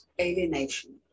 alienation